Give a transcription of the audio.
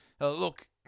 look